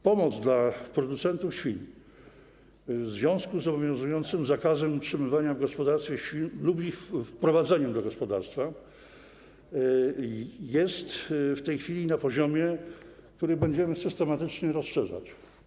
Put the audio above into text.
Pomoc dla producentów świń, w związku z obowiązującym zakazem utrzymywania w gospodarstwie świń lub ich wprowadzania do gospodarstwa, jest w tej chwili na poziomie, który będziemy systematycznie rozszerzać.